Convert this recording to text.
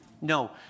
No